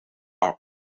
are